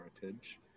heritage